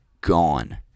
gone